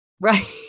Right